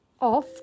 off